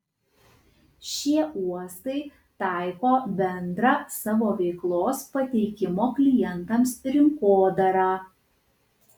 šie uostai taiko bendrą savo veiklos pateikimo klientams rinkodarą